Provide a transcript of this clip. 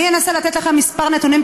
אני אנסה לתת לכם כמה נתונים,